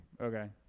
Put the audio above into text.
Okay